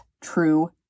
true